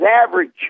average